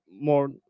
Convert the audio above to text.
more